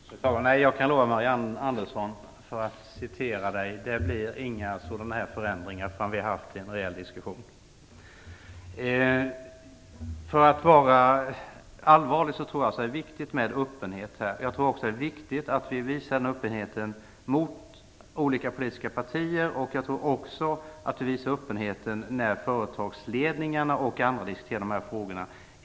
Fru talman! Nej, jag kan upprepa vad Marianne Andersson sade och lova att det inte blir några sådana här förändringar innan vi har haft en rejäl diskussion. Allvarligt talat tror jag att det är viktigt med öppenhet. Jag tror också att det är viktigt att vi visar den öppenheten gentemot olika politiska partier. Jag tror också att det är viktigt att visa öppenhet när företagsledningar och andra diskuterar dessa frågor.